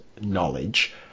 knowledge